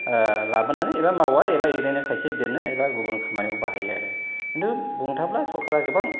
लाबोनानै एबा मावबाय एबा ओरैनो खायसे बिदिनो एबा गुबुन खामानियाव बाहायो आरो किन्तु बुंनो थाङोब्ला सरखारा गोबां